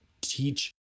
teach